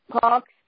talks